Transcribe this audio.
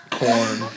corn